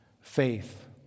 faith